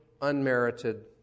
unmerited